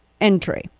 entry